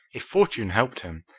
if fortune helped him,